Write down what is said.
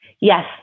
Yes